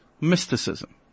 mysticism